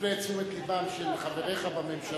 תפנה את תשומת לבם של חבריך בממשלה